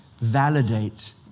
validate